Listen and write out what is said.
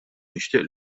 nixtieq